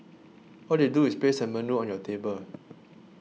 all they do is place a menu on your table